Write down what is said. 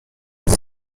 this